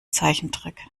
zeichentrick